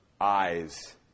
eyes